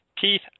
Keith